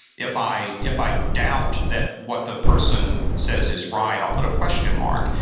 if i if i doubt that what the person says is right, i'll put a question mark.